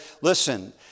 listen